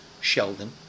Sheldon